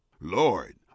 Lord